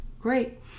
great